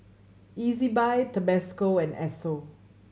Ezbuy Tabasco and Esso